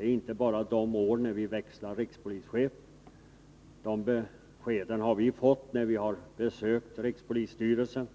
inte bara de år då vi växlar rikspolischefer. Det beskedet har vi fått när vi besökt rikspolisstyrelsen.